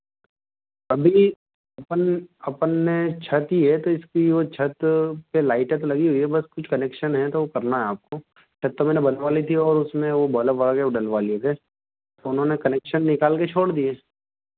कभी नहीं अपन अपन ने छत ही है तो इसकी वह छत पर लाइट अगर लगी हुई है बट कुछ कनेक्शन है तो करना है आपको तब तो मैंने बनवा ली थी वह और उसमें वोह बलब वाग है वह डलवा लिए थे तो उन्होंने कनेक्शन निकाल कर छोड़ दिए